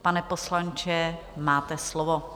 Pane poslanče, máte slovo.